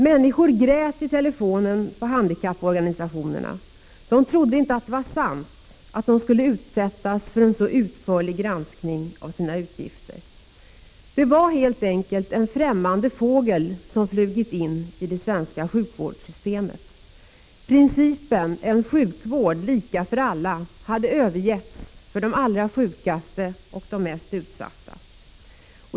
Människor grät i telefon på handikapporganisationerna — de trodde inte att det var sant att de skulle utsättas för en så utförlig granskning av sina utgifter. Det var helt enkelt en främmande fågel som hade flugit in i det svenska sjukvårdssystemet. Principen om en sjukvård lika för alla hade övergetts för de allra sjukaste och de mest utsatta.